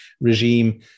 regime